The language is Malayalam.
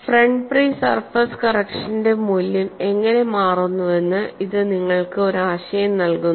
ഫ്രണ്ട് ഫ്രീ സർഫസ് കറക്ഷന്റെ മൂല്യം എങ്ങനെ മാറുന്നുവെന്ന് ഇത് നിങ്ങൾക്ക് ഒരു ആശയം നൽകുന്നു